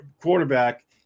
quarterback